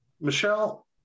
Michelle